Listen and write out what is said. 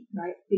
right